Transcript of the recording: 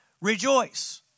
rejoice